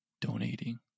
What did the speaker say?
donating